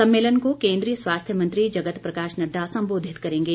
सम्मेलन को केन्द्रीय स्वास्थ्य मंत्री जगत प्रकाश नड्डा संबोधित करेंगे